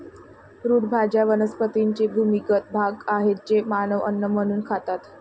route भाज्या वनस्पतींचे भूमिगत भाग आहेत जे मानव अन्न म्हणून खातात